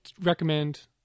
recommend